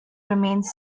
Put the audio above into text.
remains